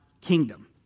kingdom